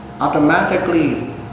automatically